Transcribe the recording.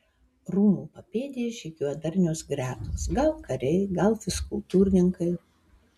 rūmų papėdėje žygiuoja darnios gretos gal kariai gal fizkultūrininkai